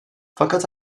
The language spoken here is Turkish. fakat